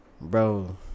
bro